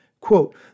Quote